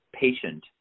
patient